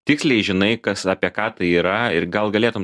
tiksliai žinai kas apie ką tai yra ir gal galėtum